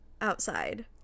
outside